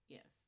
Yes